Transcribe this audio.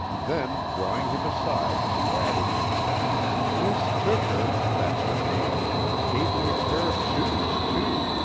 then drawing him aside she added mis' tooker that's her name gave me a pair of shoes, too,